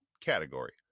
category